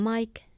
Mike